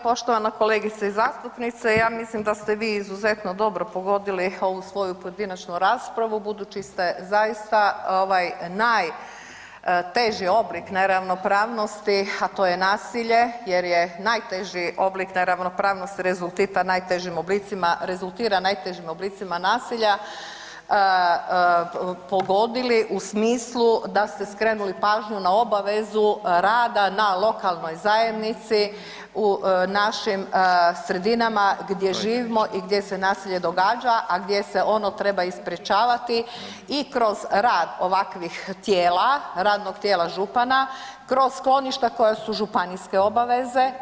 Poštovana kolegice zastupnice, ja mislim da ste vi izuzetno dobro pogodili ovu svoju pojedinačnu raspravu budući ste zaista najteži oblik neravnopravnosti a to je nasilje jer je najteži oblik neravnopravnosti rezultira najtežim oblicima nasilja pogodili u smislu da ste skrenuli pažnju na obavezu rada na lokalnoj zajednici u našim sredinama gdje živimo i gdje se nasilje događa, a gdje se ono treba i sprječavati i kroz rad ovakvih tijela, radnog tijela župana, kroz skloništa koja su županijske obaveze.